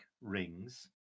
rings